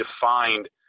defined